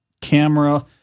camera